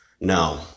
No